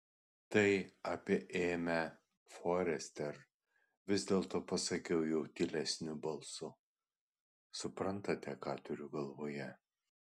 tai apie ėmę forester vis dėlto pasakau jau tylesniu balsu suprantate ką turiu galvoje